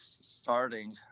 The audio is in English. starting